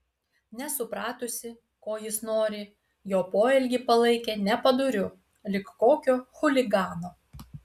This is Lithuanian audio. nesupratusi ko jis nori jo poelgį palaikė nepadoriu lyg kokio chuligano